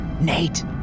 Nate